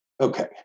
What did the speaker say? Okay